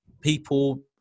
people